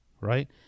right